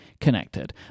connected